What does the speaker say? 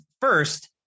first